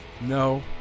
No